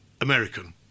American